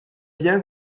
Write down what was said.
bien